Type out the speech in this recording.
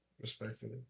Respectfully